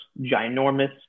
ginormous